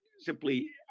simply